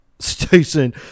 station